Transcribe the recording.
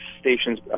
stations